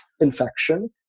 infection